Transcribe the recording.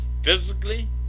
physically